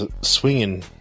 swinging